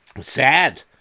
Sad